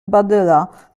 badyla